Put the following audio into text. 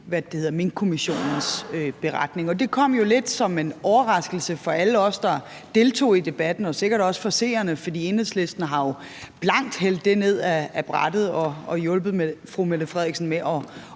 af Minkkommissionens beretning. Og det kom jo lidt som en overraskelse for alle os, der deltog i Debatten, og sikkert også for seerne, for Enhedslisten har jo blankt hældt det ned ad brættet og har hjulpet statsministeren med at